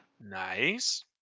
Nice